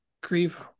grieve